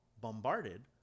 bombarded